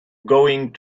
going